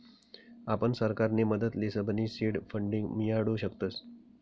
आपण सरकारनी मदत लिसनबी सीड फंडींग मियाडू शकतस